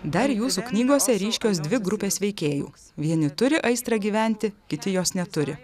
dar jūsų knygose ryškios dvi grupės veikėjų vieni turi aistrą gyventi kiti jos neturi